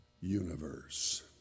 universe